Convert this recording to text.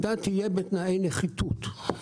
אלא בתנאי נחיתות.